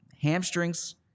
hamstrings